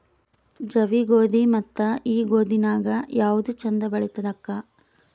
ಜವಿ ಗೋಧಿ ಮತ್ತ ಈ ಗೋಧಿ ನ್ಯಾಗ ಯಾವ್ದು ಛಂದ ಬೆಳಿತದ ಅಕ್ಕಾ?